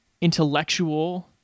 intellectual